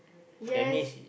yes